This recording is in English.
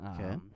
Okay